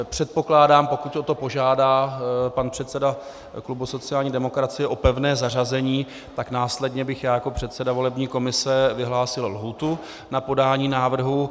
Předpokládám, pokud o to požádá pan předseda klubu sociální demokracie, o pevné zařazení, tak následně bych já jako předseda volební komise vyhlásil lhůtu na podání návrhu.